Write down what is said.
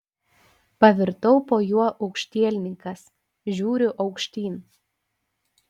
pavirtau po juo aukštielninkas žiūriu aukštyn